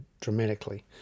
dramatically